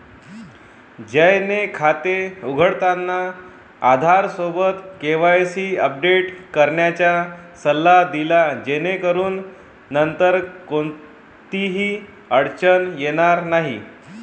जयने खाते उघडताना आधारसोबत केवायसी अपडेट करण्याचा सल्ला दिला जेणेकरून नंतर कोणतीही अडचण येणार नाही